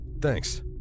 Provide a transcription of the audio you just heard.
thanks